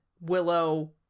Willow